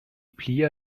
plia